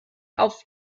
auf